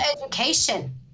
education